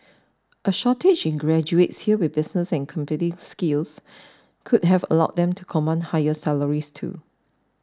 a shortage in graduates here with business and computing skills could have allowed them to command higher salaries too